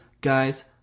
guys